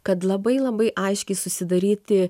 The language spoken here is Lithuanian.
kad labai labai aiškiai susidaryti